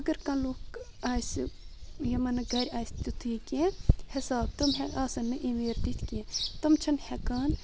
اگر کلک آسہِ یمن نہِ گرِ آسۍ تیُتھ یہِ کیٚنٛہہ حساب تم آسن نہِ امیر تِتھۍ کیٚنٛہہ تِم چھنہٕ ہیٚکان